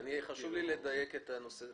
חשוב לי לדייק את הנושא הזה.